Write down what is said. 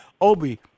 obi